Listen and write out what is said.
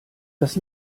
das